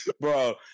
Bro